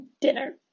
dinner